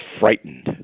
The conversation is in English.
frightened